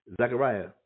Zechariah